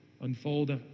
unfold